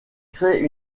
crée